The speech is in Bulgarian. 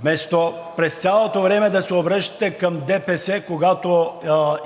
вместо през цялото време да се обръщате към ДПС, когато